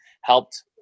helped